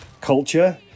culture